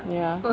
ya